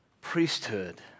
priesthood